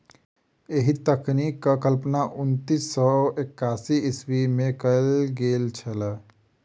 एहि तकनीकक कल्पना उन्नैस सौ एकासी ईस्वीमे कयल गेल छलै